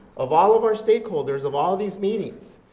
of all of our stakeholders, of all these meetings,